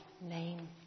name